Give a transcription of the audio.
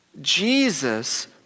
Jesus